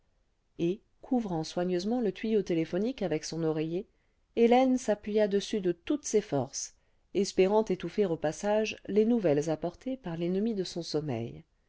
et couvrant soigneusement le tuyau téléphonique avec son oreiller hélène s'appuya dessus de toutes ses forces espérant étouffer au passage les nouvelles apportées par l'ennemi de son sommeil